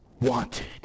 wanted